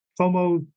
FOMO